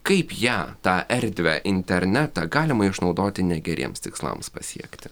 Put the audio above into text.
kaip ją tą erdvę internetą galima išnaudoti negeriems tikslams pasiekti